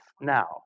now